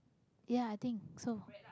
ya i think so